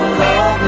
love